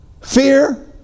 fear